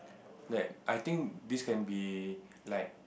that I think this can be like